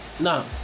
Now